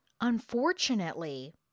Unfortunately